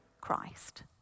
Christ